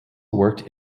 worked